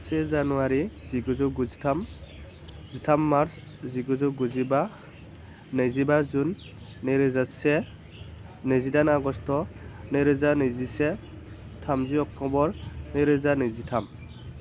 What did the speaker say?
से जानुवारि जिगुजौ गुजिथाम जिथाम मार्च जिगुजौ गुजिबा नैजिबा जुन नैरोजा से नैजिदाइन आगष्ट' नैरोजा नैजिसे थामजि अक्ट'बर नैरोजा नैजिथाम